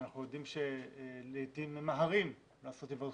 ואנחנו יודעים שלעתים ממהרים לעשות היוועדות